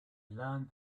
learned